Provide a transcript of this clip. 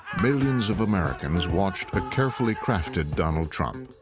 millions of americans watched a carefully crafted donald trump.